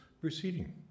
proceeding